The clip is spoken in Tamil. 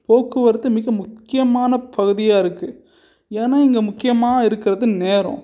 போக்குவரத்து மிக முக்கியமான பகுதியாக இருக்குது ஏன்னா இங்கே முக்கியமாக இருக்கிறது நேரம்